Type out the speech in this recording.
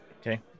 Okay